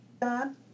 done